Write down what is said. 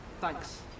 Thanks